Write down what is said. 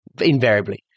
invariably